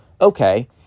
okay